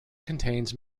contains